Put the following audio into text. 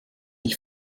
ich